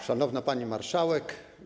Szanowna Pani Marszałek!